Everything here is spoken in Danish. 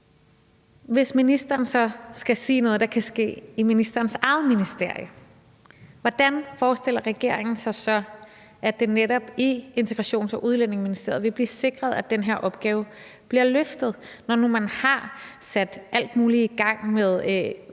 Hvis ministeren så skal sige noget, der kan ske i ministerens eget ministerie, hvordan forestiller regeringen sig så at det netop i Udlændinge- og Integrationsministeriet vil blive sikret, at den her opgave bliver løftet? Når nu man har sat alt muligt i gang med